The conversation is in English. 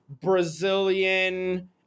Brazilian